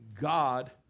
God